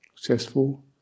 Successful